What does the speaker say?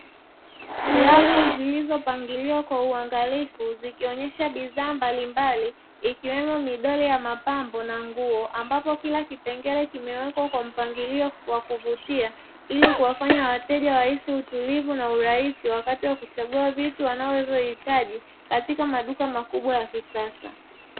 Rafu zilizopangiliwa kwa uangalifu zikionyesha bidhaa mbalimbali ikiwemo midoli ya mapambo na nguo ambapo kila kipengele kimewekwa kwa mpangilio wa kuvutia. Ili kuwafanya wateja wahisi utulivu na urahisi wakati wa kuchagua vitu wanavyohitaji katika maduka makubwa ya kisasa.